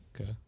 Okay